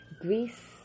Greece